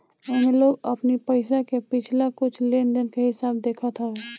एमे लोग अपनी पईसा के पिछला कुछ लेनदेन के हिसाब देखत हवे